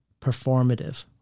performative